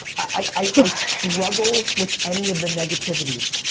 i struggle with any of the negativities.